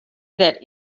that